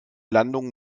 landung